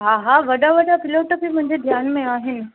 हा हा वॾा वॾा प्लॉट बि मुंहिंजे ध्यानु में आहिनि